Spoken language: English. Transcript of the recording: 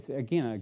ah again,